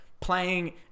playing